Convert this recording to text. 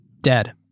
Dead